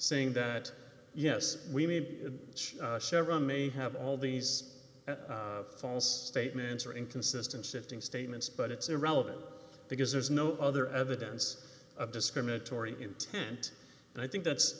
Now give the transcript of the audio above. saying that yes we need chevron may have all these false statements or inconsistent shifting statements but it's irrelevant because there's no other evidence of discriminatory intent and i think that's